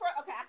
okay